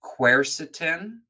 quercetin